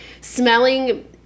smelling